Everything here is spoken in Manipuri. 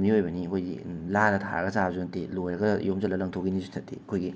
ꯃꯤꯑꯣꯏꯕꯅꯤ ꯑꯩꯈꯣꯏꯒꯤ ꯂꯥꯅ ꯊꯥꯔꯒ ꯆꯥꯕꯁꯨ ꯅꯠꯇꯦ ꯂꯣꯏꯔꯒ ꯌꯣꯝꯁꯤꯜꯂꯒ ꯂꯪꯊꯣꯛꯈꯤꯅꯤꯁꯨ ꯅꯠꯇꯦ ꯑꯩꯈꯣꯏꯒꯤ